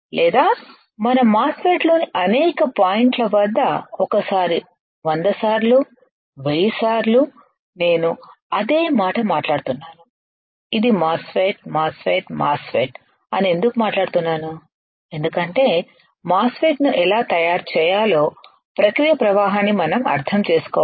లేదా మన MOSFET లోని అనేక పాయింట్ల వద్ద ఒక సారి 100 సార్లు 1000 సార్లు నేను అదే మాట మాట్లాడుతున్నాను ఇది MOSFET MOSFET MOSFET అని ఎందుకు మాట్లాడుతున్నాను ఎందుకంటే మాస్ ఫెట్ ను ఎలా తయారు చేయాలో ప్రక్రియ ప్రవాహాన్ని మనం అర్థం చేసుకోవాలి